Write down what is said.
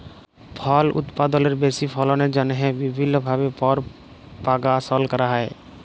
ফল উৎপাদলের বেশি ফললের জ্যনহে বিভিল্ল্য ভাবে পরপাগাশল ক্যরা হ্যয়